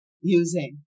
using